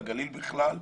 לגליל בכלל,